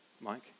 Mike